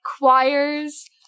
choirs